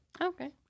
Okay